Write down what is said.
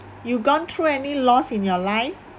you gone through any loss in your life